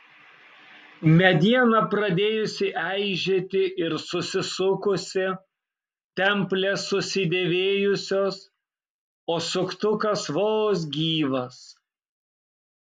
mediena pradėjusi eižėti ir susisukusi templės susidėvėjusios o suktukas vos gyvas